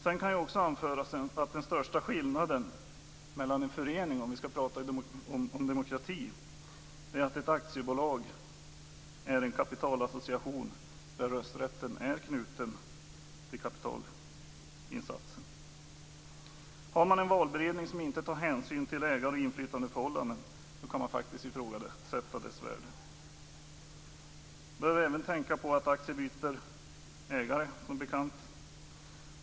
Jag kan också anföra att den största skillnaden mellan en förening, om vi skall tala om demokrati, och ett aktiebolag är att ett aktiebolag är en kapitalassociation där rösträtten är knuten till kapitalinsatsen. Har man en valberedning som inte tar hänsyn till ägar och inflytandeförhållanden, kan man faktiskt ifrågasätta dess värde. Vi bör även tänka på att aktier byter ägare, som bekant.